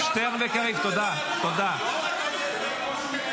למה אתה אומר שאני משקר?